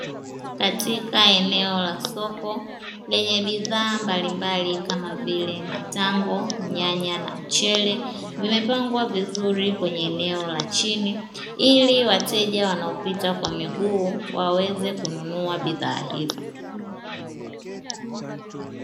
Katika eneo la soko lenye bidhaa mbalimbali kama vile: matango, nyanya na mchele; vimepangwa vizuri kwenye eneo la chini ili wateja wanaopita kwa miguu waweze kununua bidhaa hizo.